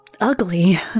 ugly